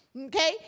Okay